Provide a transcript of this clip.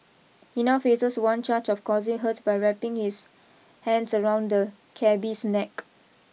he now faces one charge of causing hurt by wrapping his hands around the cabby's neck